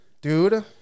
dude